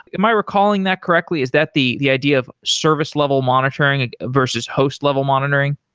am i recalling that correctly? is that the the idea of service-level monitoring, versus host-level monitoring?